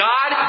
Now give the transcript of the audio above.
God